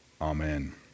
amen